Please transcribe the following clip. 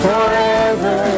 Forever